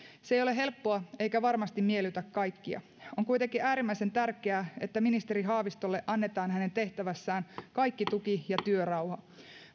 se ei ole helppoa eikä varmasti miellytä kaikkia on kuitenkin äärimmäisen tärkeää että ministeri haavistolle annetaan hänen tehtävässään kaikki tuki ja työrauha